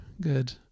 good